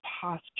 posture